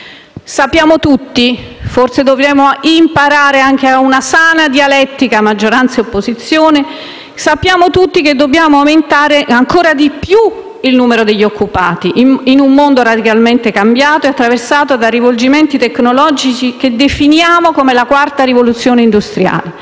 indeterminato. Forse dobbiamo imparare anche una sana dialettica fra maggioranza e opposizione, ma sappiamo tutti che dobbiamo aumentare ancora di più il numero degli occupati, in un mondo radicalmente cambiato e attraversato da rivolgimenti tecnologici che definiamo come la quarta rivoluzione industriale